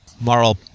moral